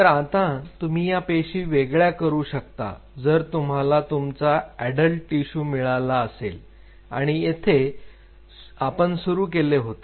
तर आता तुम्ही या पेशी वेगळ्या करू शकता जर तुम्हाला तुमचा अडल्ट टिशू मिळाला असेल आणि येथे आपण सुरू केले होते